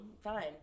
Fine